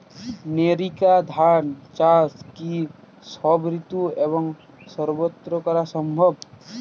NERICA ধান চাষ কি সব ঋতু এবং সবত্র করা সম্ভব?